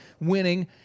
winning